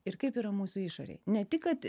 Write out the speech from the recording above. ir kaip yra mūsų išorėj ne tik kad